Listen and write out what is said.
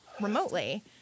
remotely